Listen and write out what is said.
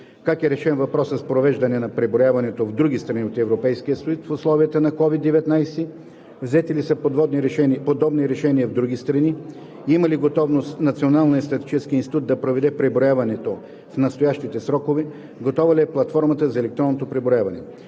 как е решен въпросът с провеждане на преброяването в други страни от Европейския съюз в условията на COVID-19; взети ли са подобни решения в други страни; има ли готовност Националният статистически институт да проведе преброяването в настоящите срокове; готова ли е платформата за електронното преброяване?